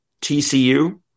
TCU